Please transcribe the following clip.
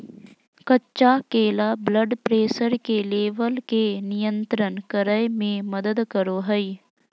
कच्चा केला blood pressure के लेवल के नियंत्रित करय में मदद करो हइ